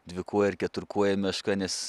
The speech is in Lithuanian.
dvikojė keturkojė meška nes